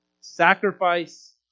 sacrifice